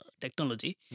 technology